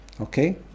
Okay